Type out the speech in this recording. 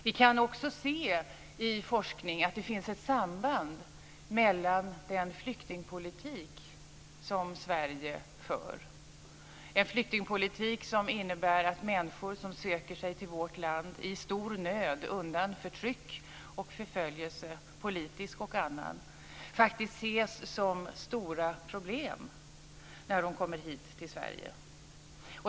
Vi kan också i forskningen se att det finns ett orsakssamband i den flyktingpolitik som Sverige för, en flyktingpolitik som innebär att människor som i stor nöd, undan förtryck och förföljelse, politisk och annan, söker sig till vårt land faktiskt ses som stora problem när de kommer till Sverige.